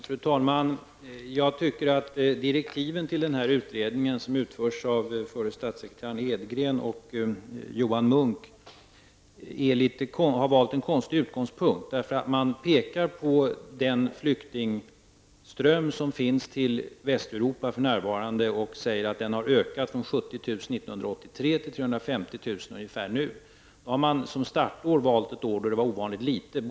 Fru talman! Jag tycker att man i direktiven till denna utredning som görs av förre statssekreteraren Edgren och Johan Munck har valt en konstig utgångspunkt. Man pekar nämligen på den flyktingström som för närvarande går till Västeuropa och säger att den har ökat från 70 000 år 1983 till ungefär 350 000 nu. Då har man som startår valt ett år då det var en ovanligt liten flyktingström.